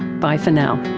bye for now